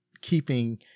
keeping